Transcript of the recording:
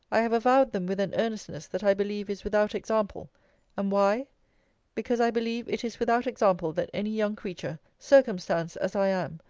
i have avowed them with an earnestness that i believe is without example and why because i believe it is without example that any young creature, circumstanced as i am,